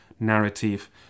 narrative